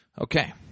Okay